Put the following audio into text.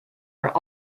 are